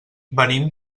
venim